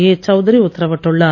ஏ சவுத்ரி உத்தரவிட்டுள்ளார்